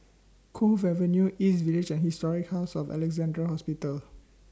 Cove Avenue East Village and Historic House of Alexandra Hospital